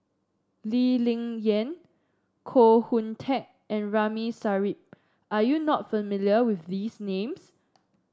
Lee Ling Yen Koh Hoon Teck and Ramli Sarip Are you not familiar with these names